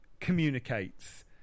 communicates